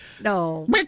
No